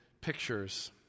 pictures